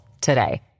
today